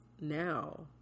now